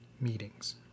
meetings